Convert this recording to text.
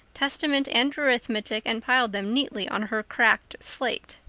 testament and arithmetic, and piled them neatly on her cracked slate.